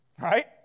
Right